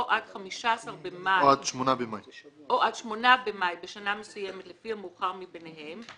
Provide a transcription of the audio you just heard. עד 8 במאי בשנה מסוימת לפי המאוחר מביניהם.